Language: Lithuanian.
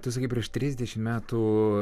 tu sakei prieš trisdešimt metų